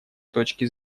точки